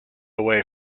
away